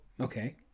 Okay